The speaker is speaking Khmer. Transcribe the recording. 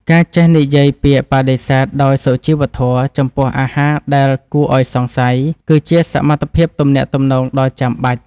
ការចេះនិយាយពាក្យបដិសេធដោយសុជីវធម៌ចំពោះអាហារដែលគួរឱ្យសង្ស័យគឺជាសមត្ថភាពទំនាក់ទំនងដ៏ចាំបាច់។